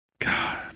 God